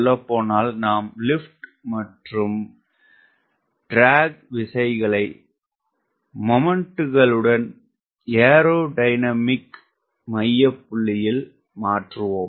சொல்லப்போனால் நாம் லிப்ட் மற்றும் இழுவை விசைகளை மொமென்ட்களுடன் ஏரொடைனமிக் மையப்புள்ளியில் மாற்றுவோம்